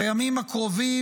בימים הקרובים